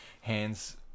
hands